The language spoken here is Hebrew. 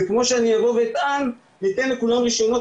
זה כמו שאני אבוא ואטען 'ניתן לכולם רישיונות